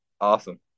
Awesome